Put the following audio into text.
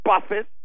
Buffett